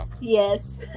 yes